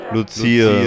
Lucia